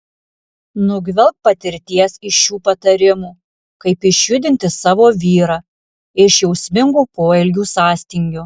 nugvelbk patirties iš šių patarimų kaip išjudinti savo vyrą iš jausmingų poelgių sąstingio